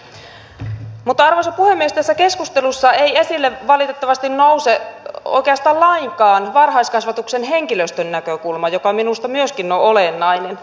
mutta arvoisa puhemies tässä keskustelussa ei esille valitettavasti nouse oikeastaan lainkaan varhaiskasvatuksen henkilöstön näkökulma joka minusta myöskin on olennainen